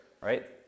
Right